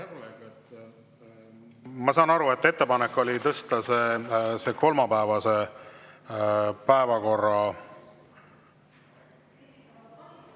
Ma saan aru, et ettepanek oli tõsta see kolmapäevase päevakorra